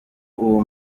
uwo